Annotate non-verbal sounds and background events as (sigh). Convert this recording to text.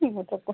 (unintelligible)